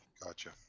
Gotcha